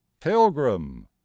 Pilgrim